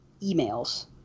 emails